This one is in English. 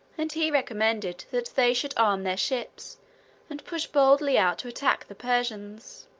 and he recommended that they should arm their ships and push boldly out to attack the persians.